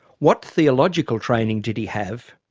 what theological training did he have?